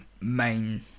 main